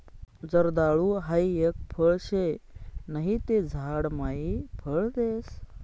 जर्दाळु हाई एक फळ शे नहि ते झाड मायी फळ देस